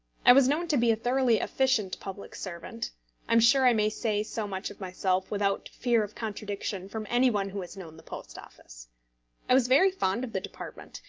i was known to be a thoroughly efficient public servant i am sure i may say so much of myself without fear of contradiction from any one who has known the post office i was very fond of the department,